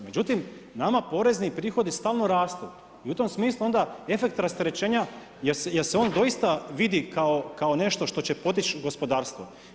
Međutim, nama porezni prihodi stalno rastu i u tom smislu onda efekt rasterećenja jel se on doista vidi kao nešto što će potiči gospodarstvo.